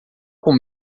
com